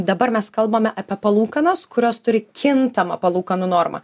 dabar mes kalbame apie palūkanas kurios turi kintamą palūkanų normą